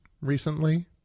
recently